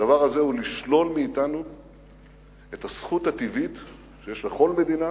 והדבר הזה הוא לשלול מאתנו את הזכות הטבעית שיש לכל מדינה